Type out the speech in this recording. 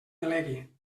delegui